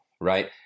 right